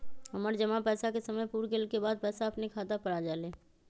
हमर जमा पैसा के समय पुर गेल के बाद पैसा अपने खाता पर आ जाले?